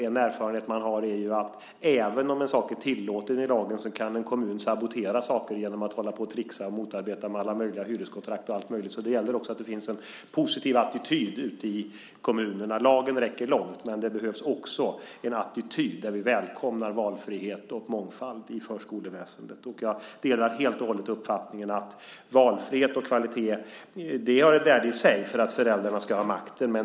En erfarenhet man då har är att kommunen, även om en sak är tillåten i lagen, kan sabotera saken genom att hålla på och tricksa och motarbeta med alla möjliga hyreskontrakt etcetera, så det gäller också att det finns en positiv attityd ute i kommunerna. Lagen räcker långt, men det behövs också en attityd som är sådan att vi välkomnar valfrihet och mångfald i förskoleväsendet. Jag delar helt och hållet uppfattningen att valfrihet och kvalitet har ett värde i sig för att föräldrarna ska ha makten.